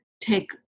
take